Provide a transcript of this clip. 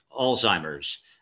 Alzheimer's